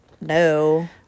no